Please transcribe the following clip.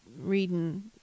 reading